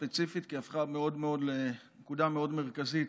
ספציפית כי היא הפכה לנקודה מאוד מאוד מאוד מרכזית